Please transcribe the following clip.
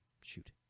Shoot